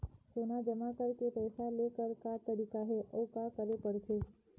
सोना जमा करके पैसा लेकर का तरीका हे अउ का करे पड़थे?